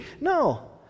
No